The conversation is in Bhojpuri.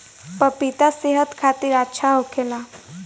पपिता सेहत खातिर अच्छा होखेला